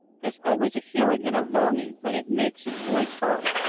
has always a hearing and a longing when it makes its voice heard.